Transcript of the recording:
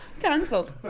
Cancelled